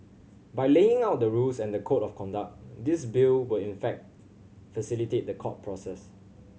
by laying out the rules and the code of conduct this Bill will in fact facilitate the court process